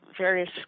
various